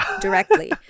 directly